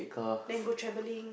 then go travelling